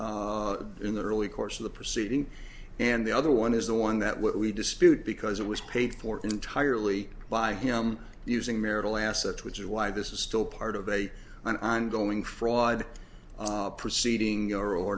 d in the early course of the proceeding and the other one is the one that we dispute because it was paid for entirely by him using marital assets which is why this is still part of a an ongoing fraud proceeding or or